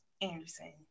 Anderson